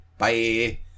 Bye